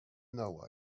know